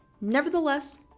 Nevertheless